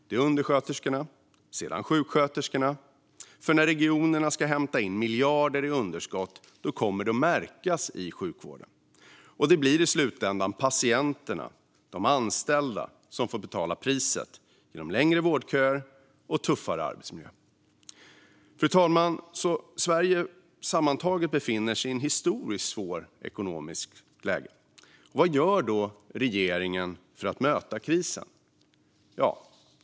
Det är undersköterskorna och sedan sjuksköterskor, för när regionerna ska hämta in miljarder i underskott kommer det att märkas i sjukvården. I slutändan blir det patienterna och de anställda som får betala priset genom längre vårdköer och tuffare arbetsmiljö. Fru talman! Sammantaget befinner sig Sverige i ett historiskt svårt ekonomiskt läge. Vad gör då regeringen för att möta krisen?